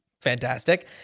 fantastic